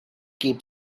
keep